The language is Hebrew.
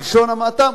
בלשון המעטה,